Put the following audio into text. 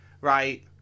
Right